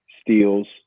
steals